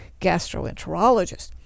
gastroenterologist